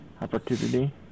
opportunity